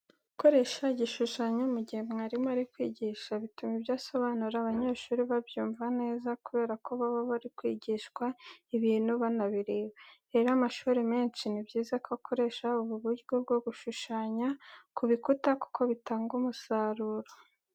Gukoresha igishushanyo mu gihe mwarimu ari kwigisha bituma ibyo asobanura abanyeshuri babyumva neza, kubera ko baba bari kwigishwa ibintu banabireba. Rero amashuri menshi ni byiza ko akoresha ubu buryo bwo gushushanya ku bikuta kuko bitanga umusasuro.